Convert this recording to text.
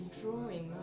drawing